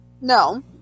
No